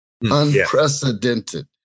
unprecedented